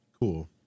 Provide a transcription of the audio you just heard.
Cool